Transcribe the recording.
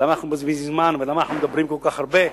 למה אנחנו מבזבזים זמן ולמה אנחנו מדברים כל כך הרבה?